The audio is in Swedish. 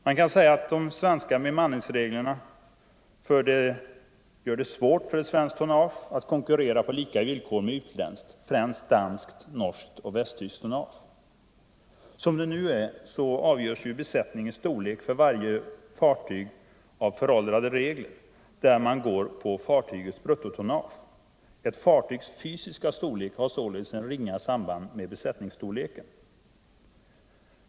Man kan säga att de svenska bemanningsreglerna gör det svårt för svenskt tonnage att konkurrera på lika villkor med utländskt, främst danskt, norskt och västtyskt tonnage. Som det nu är avgöres besättningens storlek på varje fartyg enligt föråldrade regler, där man går på fartygets bruttotonnage. Ett fartygs fysiska storlek har således ett ringa samband med besättningsstorleken.